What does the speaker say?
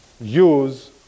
use